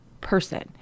person